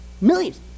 Millions